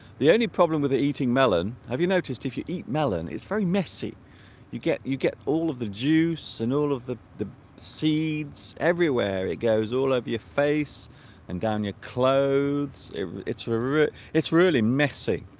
the only problem with the eating melon have you noticed if you eat melon it's very messy you get you get all of the juice and all of the the seeds everywhere it goes all over your face and down your clothes its root it's really messy